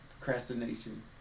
procrastination